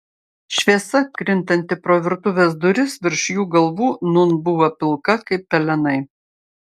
šviesa krintanti pro virtuvės duris virš jų galvų nūn buvo pilka kaip pelenai